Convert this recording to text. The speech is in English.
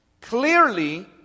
Clearly